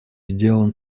сделан